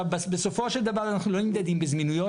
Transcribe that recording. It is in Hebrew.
בסופו של דבר אנחנו לא נמדדים בזמינויות,